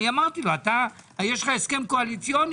אמרתי לו: יש לך הסכם קואליציוני.